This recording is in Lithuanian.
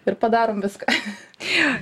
ir padarom viską